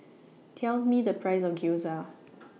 Tell Me The Price of Gyoza